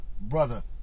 Brother